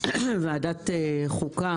וטוב עשה שר הכלכלה שהמשיך בדין רציפות את הצעת החוק,